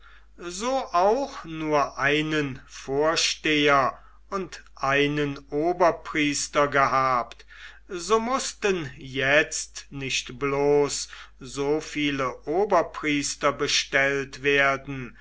so auch nur einen vorsteher und einen oberpriester gehabt so mußten jetzt nicht bloß so viele oberpriester bestellt werden